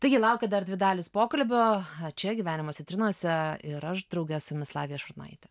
taigi laukia dar dvi dalys pokalbio čia gyvenimo citrinose ir aš drauge su jumis lavija šurnaitė